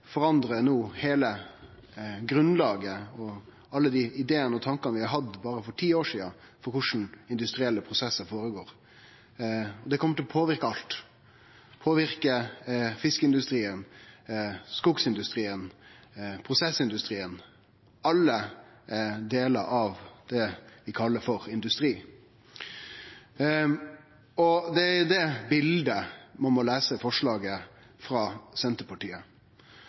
forandrar no heile grunnlaget for alle dei idéane og tankane vi hadde for berre ti år sidan om korleis industrielle prosessar føregår. Det kjem til å påverke alt. Det påverkar fiskeindustrien, skogindustrien, prosessindustrien – alle delar av det vi kallar industri. Det er i dette bildet ein må lese forslaget frå Senterpartiet.